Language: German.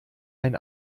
ein